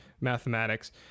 mathematics